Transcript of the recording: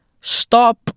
Stop